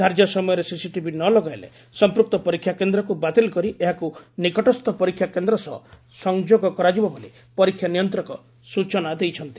ଧାର୍ଯ୍ୟ ସମୟରେ ସିସିଟିଭି ନ ଲଗାଇଲେ ସମ୍ମୁକ୍ତ ପରୀକ୍ଷା କେନ୍ଦ୍ରକୁ ବାତିଲ କରି ଏହାକୁ ନିକଟସ୍ଥ ପରୀକ୍ଷା କେନ୍ଦ ସହ ସଂଯୋଗ କରାଯିବ ବୋଲି ପରୀକ୍ଷା ନିୟନ୍ତକ ସ୍ଚନା ଦେଇଛନ୍ତି